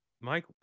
mike